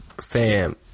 fam